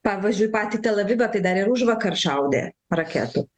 pavyzdžiui patį tel avivą tai dar ir užvakar šaudė raketom